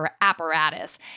apparatus